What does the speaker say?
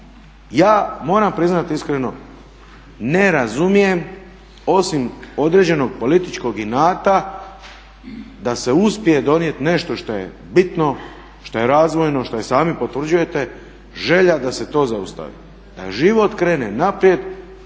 Ja moram priznati iskreno ne razumijem osim određenog političkog inata da se uspije donijeti nešto što je bitno, što je razvojno, što i sami potvrđujete želja da se to zaustavi, da život krene naprijed